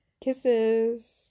Kisses